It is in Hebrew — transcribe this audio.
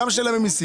גם של הממיסים.